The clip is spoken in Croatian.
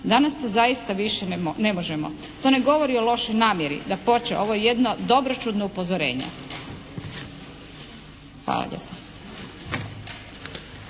danas to zaista više ne možemo. To ne govori o lošoj namjeri. Dapače, ovo je jedno dobroćudno upozorenje. Hvala